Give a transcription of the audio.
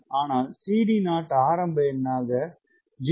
ஆனால் CD0 ஆரம்ப எண்ணாக 0